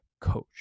coach